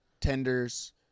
Tenders